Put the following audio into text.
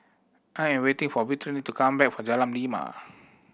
I am waiting for Brittany to come back from Jalan Lima